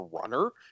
runner